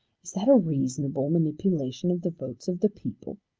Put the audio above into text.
is that a reasonable manipulation of the votes of the people?